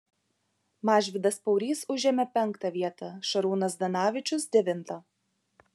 mažvydas paurys užėmė penktą vietą šarūnas zdanavičius devintą